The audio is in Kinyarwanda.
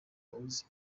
uzi